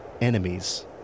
enemies